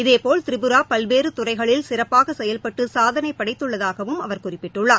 இதேபோல் திரிடரா பல்வேறு துறைகளில் சிறப்பாக செயல்பட்டு சாதனை படைத்துள்ளதாகவும் அவர் குறிப்பிட்டுள்ளார்